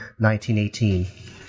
1918